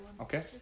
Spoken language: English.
Okay